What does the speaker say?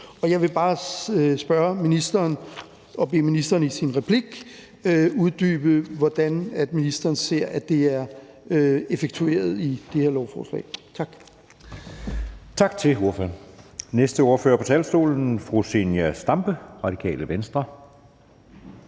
Jeg vil bare spørge og bede ministeren om i sin replik at uddybe, hvordan ministeren ser det effektueret i det her lovforslag. Tak.